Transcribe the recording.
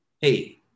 hey